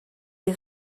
est